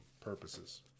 purposes